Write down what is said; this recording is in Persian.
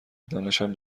دانشم